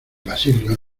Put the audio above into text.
basilio